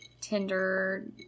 Tinder